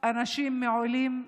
אנשים מעולים בתוכה.